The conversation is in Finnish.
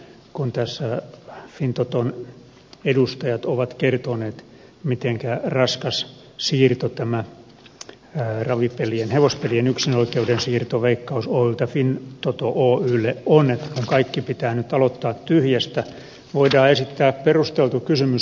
kun tässä fintoton edustajat ovat kertoneet mitenkä raskas siirto tämä hevospelien yksinoikeuden siirto veikkaus oyltä fintoto oylle on kun kaikki pitää nyt aloittaa tyhjästä voidaan esittää perusteltu kysymys